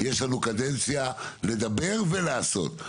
יש לנו קדנציה לדבר ולעשות.